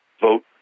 vote